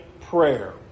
prayer